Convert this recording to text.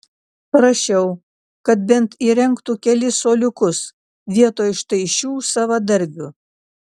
prašiau kad bent įrengtų kelis suoliukus vietoj štai šių savadarbių